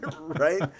right